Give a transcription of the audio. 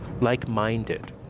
like-minded